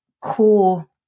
core